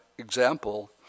example